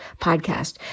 podcast